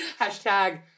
Hashtag